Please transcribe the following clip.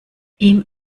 ihm